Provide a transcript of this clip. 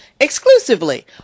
exclusively